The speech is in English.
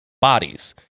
bodies